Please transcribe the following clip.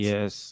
Yes